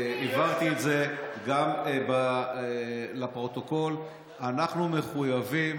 הבהרתי את זה גם לפרוטוקול: אנחנו בעצם מחויבים